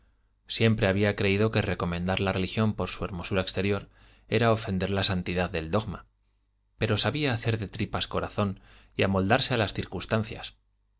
siempre había creído que recomendar la religión por su hermosura exterior era ofender la santidad del dogma pero sabía hacer de tripas corazón y amoldarse a las circunstancias